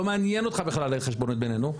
לא מעניין אותך בכלל החשבונות בינינו,